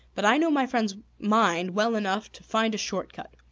but i knew my friend's mind well enough to find a short-cut.